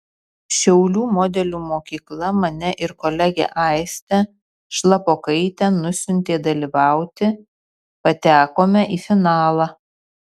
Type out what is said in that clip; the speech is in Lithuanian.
šiaulių modelių mokykla mane ir kolegę aistę šlapokaitę nusiuntė dalyvauti patekome į finalą